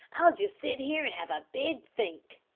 i'll just sit here and have a big think.